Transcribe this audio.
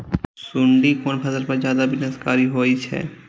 सुंडी कोन फसल पर ज्यादा विनाशकारी होई छै?